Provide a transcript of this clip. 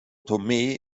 tomé